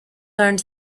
learned